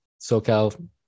SoCal